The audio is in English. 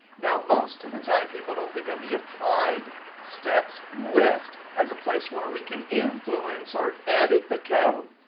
now most of the time, people don't think of the applied steps list as a place where we can influence or edit the code.